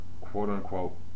quote-unquote